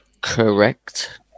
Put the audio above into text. correct